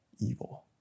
evil